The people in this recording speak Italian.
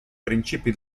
principi